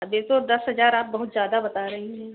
अब देखो दस हजार आप बहुत ज़्यादा बता रही हैं